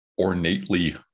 ornately